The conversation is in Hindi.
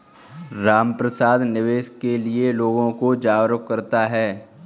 रामप्रसाद निवेश के लिए लोगों को जागरूक करता है